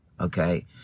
okay